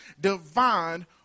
divine